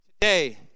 today